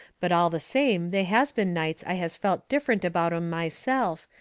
but all the same they has been nights i has felt different about em myself,